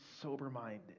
sober-minded